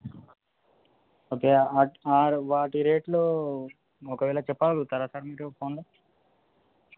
okay వాటి రేట్లు ఒకవేళ చెప్పగలుగుతారా సార్ మీరు ఫోన్లో